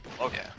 Okay